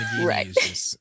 Right